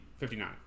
59